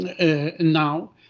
now